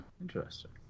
Interesting